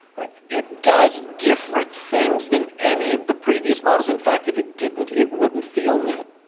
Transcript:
right? it does different things than any of the previous models in fact if it didn't, it wouldn't feel new,